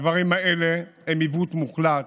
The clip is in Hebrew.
הדברים האלה הם עיוות מוחלט